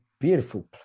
Beautiful